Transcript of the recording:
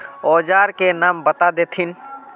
औजार के नाम बता देथिन?